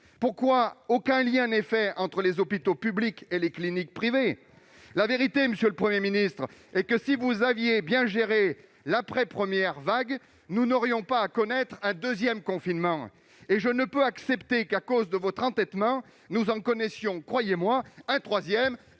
Pourquoi aucun lien n'est noué entre les hôpitaux publics et les cliniques privées ? La vérité, monsieur le Premier ministre, c'est que, si vous aviez bien géré l'après-première vague, nous n'aurions pas à connaître un deuxième confinement ! Et je ne peux accepter que, à cause de votre entêtement, nous en connaissions, croyez-moi, un troisième,